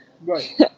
Right